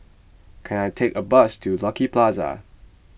can I take a bus to Lucky Plaza